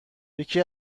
یکی